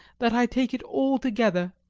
that i take it all together.